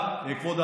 חבר הכנסת,